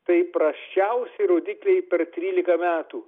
tai prasčiausi rodikliai per trylika metų